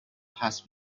has